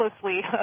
Closely